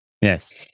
yes